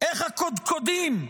איך הקודקודים,